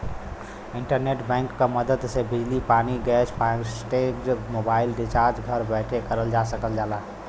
internet bank क मदद से बिजली पानी गैस फास्टैग मोबाइल रिचार्ज घर बैठे करल जा सकल जाला